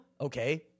okay